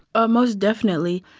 ah most definitely.